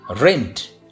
rent